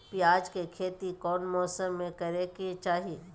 प्याज के खेती कौन मौसम में करे के चाही?